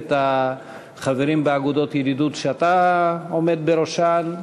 את החברים באגודות הידידות שאתה עומד בראשן,